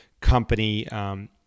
company